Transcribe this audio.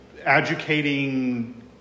educating